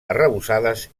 arrebossades